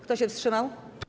Kto się wstrzymał?